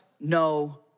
no